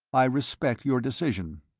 i respect your decision,